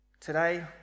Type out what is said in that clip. Today